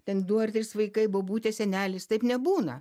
ten du ar trys vaikai bobutė senelis taip nebūna